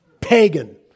pagan